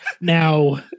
Now